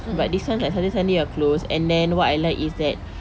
but this [one] like saturday sunday you are closed and then [what] I like is that